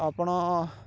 ଆପଣ